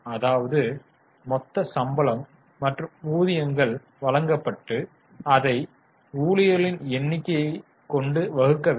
அதாவது மொத்த சம்பளம் மற்றும் ஊதியங்கள் வழங்கப்பட்டு அதை ஊழியர்களின் எண்ணிக்கையை வகுக்க வேண்டும்